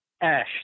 Ash